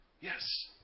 Yes